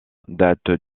date